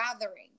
gathering